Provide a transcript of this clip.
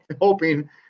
hoping